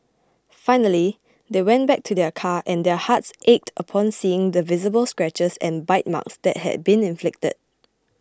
finally they went back to their car and their hearts ached upon seeing the visible scratches and bite marks that had been inflicted